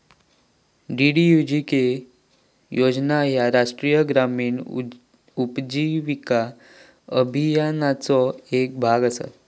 DDUGK योजना ह्या राष्ट्रीय ग्रामीण उपजीविका अभियानाचो येक भाग असा